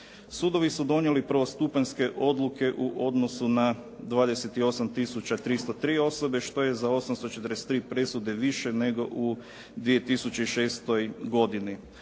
Sudovi su donijeli prvostupanjske odluke u odnosu na 28 tisuća 303 osobe, što je za 843 presude više nego u 2006. godini.